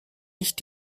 nicht